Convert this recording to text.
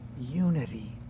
Unity